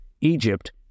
Egypt